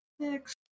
six